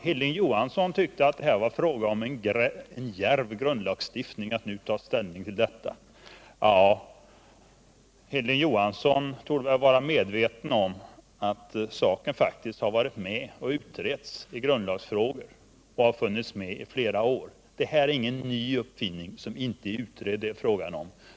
Hilding Johansson tyckte att det är fråga om en djärv grundlagsstiftning om vi nu tar ställning till detta. Hilding Johansson torde väl vara medveten om att frågan faktiskt har utretts i samband med grundlagsfrågor i flera år. Det här är ingen ny uppfinning, som inte är utredd.